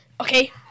Okay